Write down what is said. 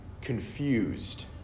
confused